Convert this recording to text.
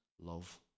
love